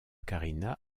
karina